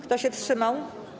Kto się wstrzymał?